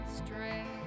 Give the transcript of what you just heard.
stray